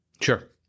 Sure